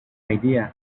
idea